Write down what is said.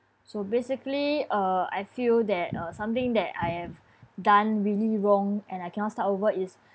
so basically uh I feel that uh something that I have done really wrong and I cannot start over is